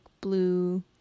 blue